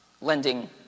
lending